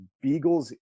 Beagle's